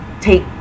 take